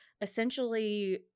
essentially